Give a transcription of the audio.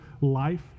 life